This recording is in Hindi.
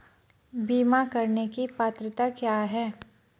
बीमा करने की पात्रता क्या है?